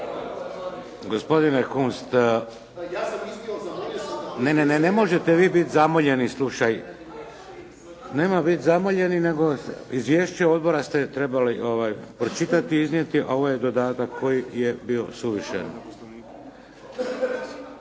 Gospodine Kunst, ne, ne. Ne možete vi biti zamoljeni. Nema biti zamoljeni, nego izvješće odbora ste trebali pročitati i iznijeti, a ovo je dodatak koji je bio suvišan.